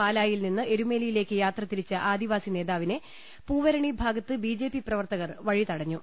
പാലായിൽനിന്ന് എരുമേലിയിലേക്ക് യാത്രതിരിച്ച ആദിവാസി നേതാവിനെ പൂവരണി ഭാഗത്ത് ബിജെപി പ്രവർത്തകർ വഴി തടഞ്ഞു